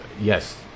Yes